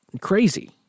crazy